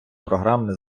програмне